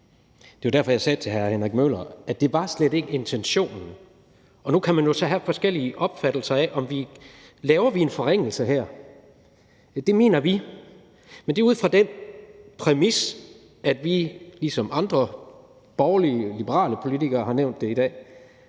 Det var derfor, jeg sagde til hr. Henrik Møller, at det slet ikke var intentionen. Nu kan man jo så have forskellige opfattelser af, om vi laver en forringelse her. Det mener vi, men det er ud fra den præmis, at vi mener, ligesom andre borgerlig-liberale politikere har nævnt det i dag,